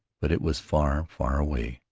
but it was far, far away,